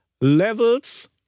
Levels